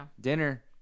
dinner